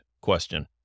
question